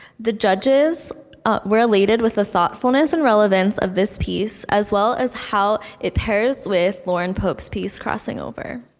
the judges were elated with the thoughtfulness and relevance of this piece, as well as how it pairs with lauren pope's piece, crossing over.